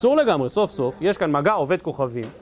צור לגמרי, סוף סוף, יש כאן מגע עובד כוכבים.